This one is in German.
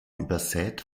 übersät